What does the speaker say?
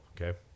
okay